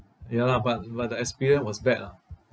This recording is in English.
ya lah but but the experience was bad lah